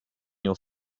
your